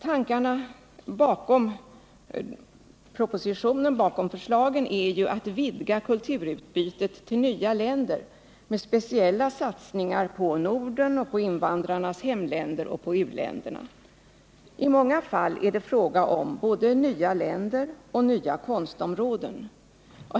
Tankarna bakom förslagen i propositionen är ju att vidga kulturutbytet till nya länder, med speciella satsningar på Norden, invandrarnas hemländer och u-länderna. I många fall är det fråga om både nya länder och nya konstområden.